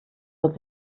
wird